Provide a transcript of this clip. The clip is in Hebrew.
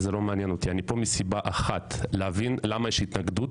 אני פה כדי להבין למה יש התנגדות.